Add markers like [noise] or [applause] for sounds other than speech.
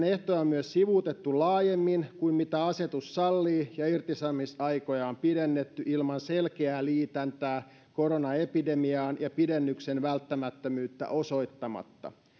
[unintelligible] ehtoja on myös sivuutettu laajemmin kuin mitä asetus sallii ja irtisanomisaikoja on pidennetty ilman selkeää liitäntää koronaepidemiaan ja pidennyksen välttämättömyyttä osoittamatta